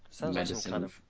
medicine